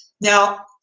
Now